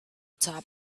top